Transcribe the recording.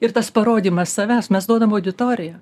ir tas parodymas savęs mes duodam auditoriją